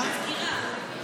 מזכירה.